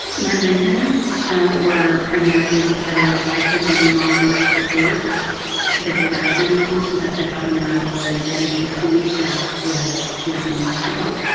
my reasons were primarily because i could no longer support the direction that the governor was and his senior staff was choosing to go.